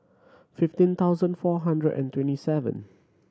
fifteen thousand four hundred and twenty seven